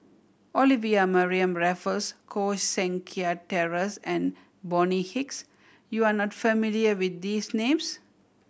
Olivia Mariamne Raffles Koh Seng Kiat Terence and Bonny Hicks you are not familiar with these names